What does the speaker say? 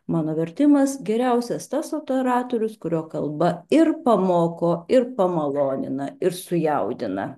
mano vertimas geriausias tas operatorius kurio kalba ir pamoko ir pamalonina ir sujaudina